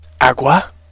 Agua